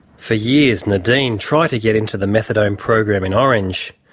for years nadine tried to get into the methadone program in orange.